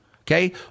Okay